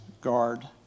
guard